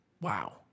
Wow